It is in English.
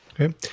okay